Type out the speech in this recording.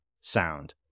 sound